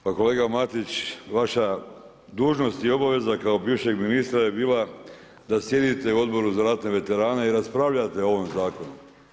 Pa kolega Matić, vaša dužnost i obaveza kao bivšeg ministra je bila da sjedite u Odboru za ratne veterane i raspravljate o ovom zakonu.